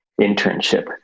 internship